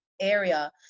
area